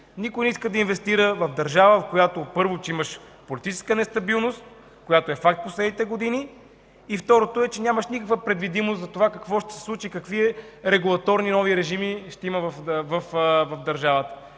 Никой не иска да инвестира в държава, в която – първо, че имаш политическа нестабилност, която е факт в последните години, и, второто е, че нямаш никаква предвидимост за това какво ще се случи, за какви нови регулаторни режими ще има в държавата,